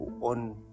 on